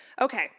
Okay